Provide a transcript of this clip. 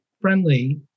friendly